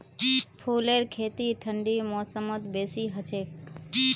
फूलेर खेती ठंडी मौसमत बेसी हछेक